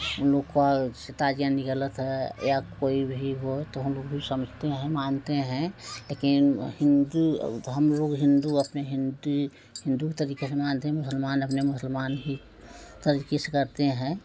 उन लोग का ताजिया निकलता है या कोई भी हो तो हम लोग भी समझते हैं मानते हैं लेकिन हिन्दू तो हम लोग हिन्दू अपने हिन्दू हिन्दू तरीके से मानते हैं मुसलमान अपने मुसलमान तरीके से करते हैं